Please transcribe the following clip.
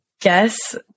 guess